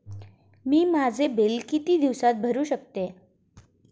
मी माझे बिल किती दिवसांत भरू शकतो?